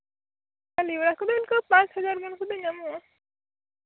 ᱱᱤᱝᱠᱟᱹ ᱯᱟᱸᱪ ᱦᱟᱡᱟᱨ ᱜᱟᱱ ᱠᱚᱛᱮ ᱧᱟᱢᱚᱜᱼᱟ